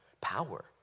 power